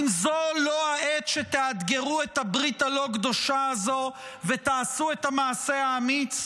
האם זו לא העת שתאתגרו את הברית הלא-קדושה הזו ותעשו את המעשה האמיץ?